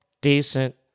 decent